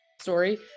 story